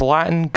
Latin